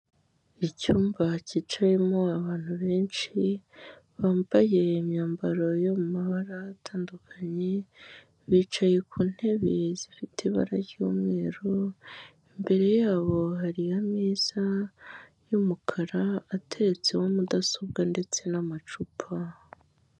Icyumba cyicayemo abantu benshi, bambaye imyambaro yo mu mabara atandukanye, bicaye ku ntebe zifite ibara ry'umweru, imbere yabo hari ameza y'umukara ateretseho mudasobwa ndetse n'amacupa.